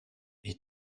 ich